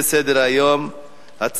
נעבור להצעה לסדר-היום מס'